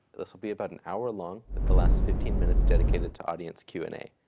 this will be about an hour long, with the last fifteen minutes dedicated to audience q and a.